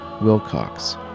Wilcox